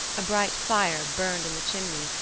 a bright fire burned in the chimney,